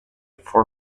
for